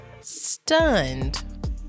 stunned